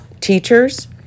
teachers